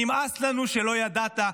נמאס לנו שלא ידעת.